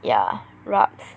ya rabz